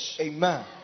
amen